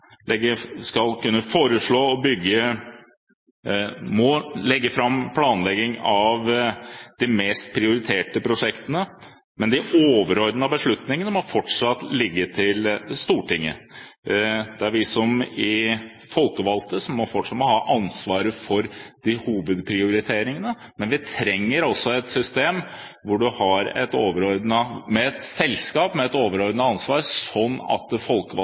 må legge fram planer for de mest prioriterte prosjektene, men de overordnede beslutningene må fortsatt ligge til Stortinget. Det er vi som folkevalgte som fortsatt må ha ansvaret for hovedprioriteringene, men vi trenger et system, et selskap med et overordnet ansvar, slik at det folkevalgte nivået har mindre grunn til å gå inn i en detaljplanlegging, slik det